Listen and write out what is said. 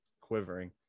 quivering